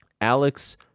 Alex